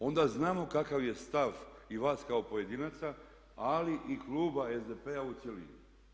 Onda znamo kakav je stav i vas kao pojedinaca ali i kluba SDP-a u cjelini.